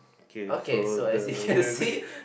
K so the the